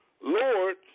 Lord